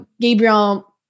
Gabriel